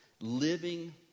Living